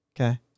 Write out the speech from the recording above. Okay